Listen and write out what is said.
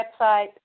website